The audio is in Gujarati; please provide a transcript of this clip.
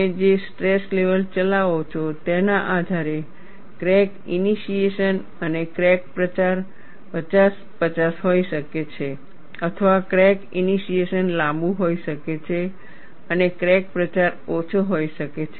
તમે જે સ્ટ્રેસ લેવલ ચલાવો છો તેના આધારે ક્રેક ઈનિશિએશન અને ક્રેક પ્રચાર 50 50 હોઈ શકે છે અથવા ક્રેક ઈનિશિએશન લાંબુ હોઈ શકે છે અને ક્રેક પ્રચાર ઓછો હોઈ શકે છે